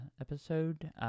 episode